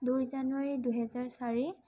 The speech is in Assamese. দুই জানুৱাৰী দুহেজাৰ চাৰি